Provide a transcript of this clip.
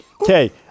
Okay